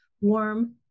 warm